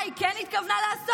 מה היא כן התכוונה לעשות?